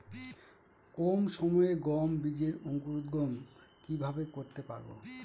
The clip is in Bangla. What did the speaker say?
কম সময়ে গম বীজের অঙ্কুরোদগম কিভাবে করতে পারব?